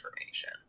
information